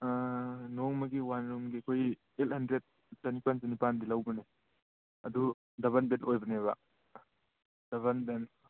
ꯑꯥ ꯅꯣꯡꯃꯒꯤ ꯋꯥꯟ ꯔꯨꯝꯒꯤ ꯑꯩꯈꯣꯏꯒꯤ ꯑꯩꯠ ꯍꯟꯗ꯭ꯔꯦꯗ ꯆꯅꯤꯄꯥꯜ ꯆꯅꯤꯄꯥꯜꯗꯤ ꯂꯧꯒꯅꯤ ꯑꯗꯨ ꯗꯕꯜ ꯕꯦꯗ ꯑꯣꯏꯕꯅꯦꯕ ꯗꯕꯜ ꯕꯦꯗ